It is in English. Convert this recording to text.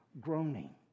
groaning